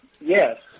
yes